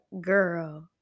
girl